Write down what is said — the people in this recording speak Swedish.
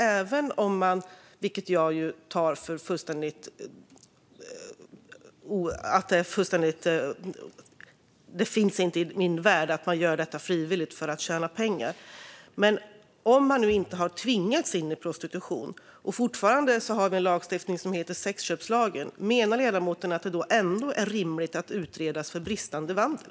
Även om en kvinna gör detta frivilligt för att tjäna pengar - vilket inte finns i min värld att någon skulle göra - och inte har tvingats in i prostitution har vi fortfarande en lagstiftning som heter sexköpslagen. Menar ledamoten att det ändå är rimligt att kvinnan utreds för bristande vandel?